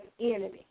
enemy